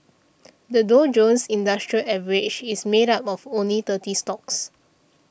the Dow Jones Industrial Average is made up of only thirty stocks